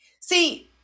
See